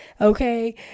okay